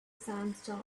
sandstorm